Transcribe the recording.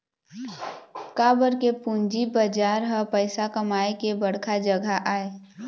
काबर के पूंजी बजार ह पइसा कमाए के बड़का जघा आय